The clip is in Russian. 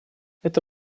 это